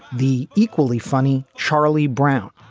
the equally funny charlie brown,